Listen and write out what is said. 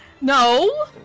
No